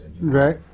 Right